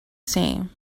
same